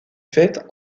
faite